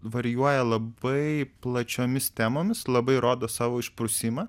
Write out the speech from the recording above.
varijuoja labai plačiomis temomis labai rodo savo išprusimą